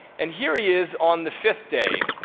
and here he is on the fifth day.